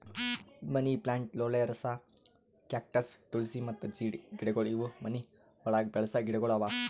ಮನಿ plant, ಲೋಳೆಸರ, cactus, tulsi ಮತ್ತ ಜೀಡ್ ಗಿಡಗೊಳ್ ಇವು ಮನಿ ಒಳಗ್ ಬೆಳಸ ಗಿಡಗೊಳ್ ಅವಾ